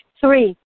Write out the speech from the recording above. Three